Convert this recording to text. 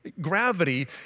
Gravity